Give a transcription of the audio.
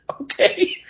okay